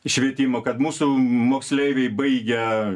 švietimo kad mūsų moksleiviai baigę